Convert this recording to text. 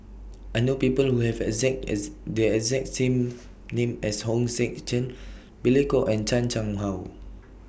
I know People Who Have exact as The exact name as Hong Sek Chern Billy Koh and Chan Chang How